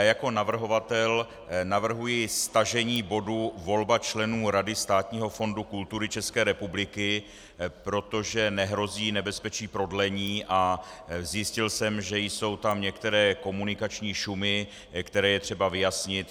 Jako navrhovatel navrhuji stažení bodu volba členů Rady Státního fondu kultury ČR, protože nehrozí nebezpečí prodlení a zjistil jsem, že jsou tam některé komunikační šumy, které je třeba vyjasnit.